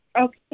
Okay